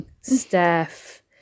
Steph